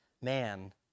man